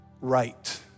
right